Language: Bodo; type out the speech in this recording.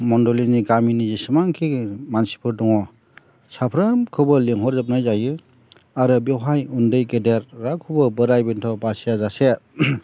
मन्दलिनि गामिनि जेसेबांखि मानसिफोर दङ साफ्रोमखौबो लिंहरजोबनाय जायो आरो बेवहाय उन्दै गेदेर रावखौबो बोराय बेन्थ बासिया जासे